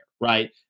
Right